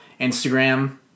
Instagram